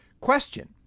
Question